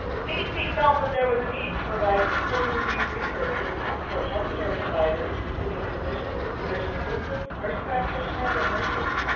cdc felt that there was a need to provide tick-borne disease resources to support health care providers, including physicians, physician assistants, nurse practitioners, and nurses.